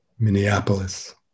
Minneapolis